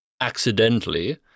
accidentally